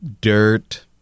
dirt